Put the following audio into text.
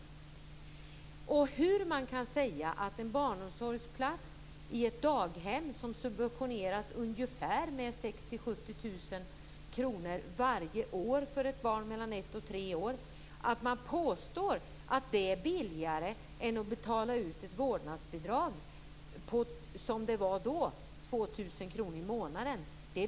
Jag begriper inte vilken matematisk regel Marianne Jönsson använder sig av när hon påstår att en barnomsorgsplats i ett daghem, som subventioneras med ungefär 70 000 kr varje år för ett barn mellan ett och tre år, är billigare än att betala ut ett vårdnadsbidrag på, som det var då, 2 000 kr i månaden.